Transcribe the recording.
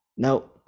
No